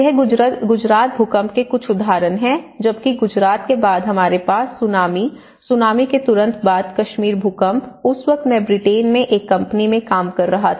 ये गुजरात भूकंप के कुछ उदाहरण हैं जबकि गुजरात के बाद हमारे पास सुनामी सुनामी के तुरंत बाद कश्मीर भूकंप उस वक्त मैं ब्रिटेन में एक कंपनी में काम कर रहा था